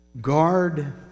Guard